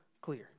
clear